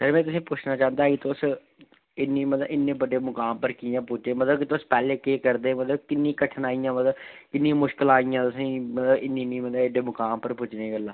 sir में तुसें ई पुच्छना चांह्दा हा कि तुस इन्नी मतलब इन्ने बड्डे मकाम उप्पर कि'यां पुज्जे मतलब कि तुस पैह्लें केह् करदे हे मतलब किन्नी कठिनाइयां मतलब किन्नियां मुश्कलां आइयां तुसें ई मतलब इन्नी इन्नी मतलब एड्डे मकाम पर पुज्जने ई गल्ला